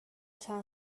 چند